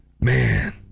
Man